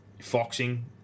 foxing